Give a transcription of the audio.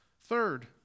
Third